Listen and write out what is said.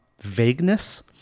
vagueness